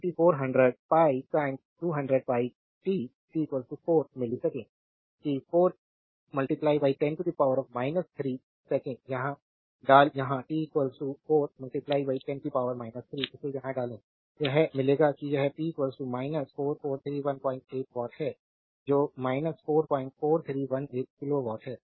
2400 πsin 200πt t 4 millisecond कि 4 10 3 second डाल यहाँ t 4 10 3 इसे यहाँ डालें यह मिलेगा कि यह p 44318 वाट है जो 44318 किलोवाट है